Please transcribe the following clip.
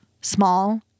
small